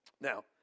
Now